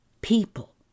people